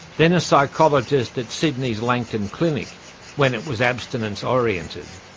then a psychologist at sydney's langton clinic when it was abstinence-oriented.